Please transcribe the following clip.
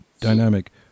dynamic